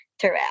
throughout